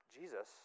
Jesus